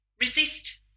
resist